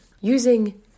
using